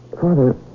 Father